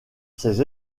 ces